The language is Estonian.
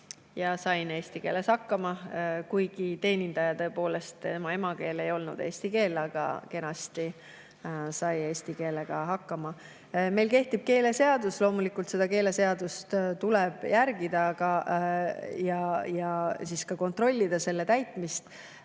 ja sain eesti keeles hakkama, kuigi tõepoolest, teenindaja emakeel ei olnud eesti keel. Kenasti sai eesti keelega hakkama. Meil kehtib keeleseadus. Loomulikult, seda keeleseadust tuleb järgida ja kontrollida selle täitmist.